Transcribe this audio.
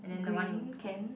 green can